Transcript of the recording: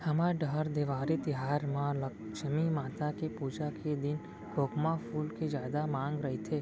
हमर डहर देवारी तिहार म लक्छमी माता के पूजा के दिन खोखमा फूल के जादा मांग रइथे